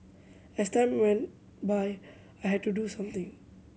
as time went by I had to do something